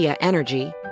Energy